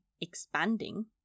expanding